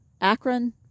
Akron